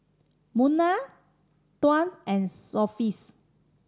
Munah Tuah and Sofea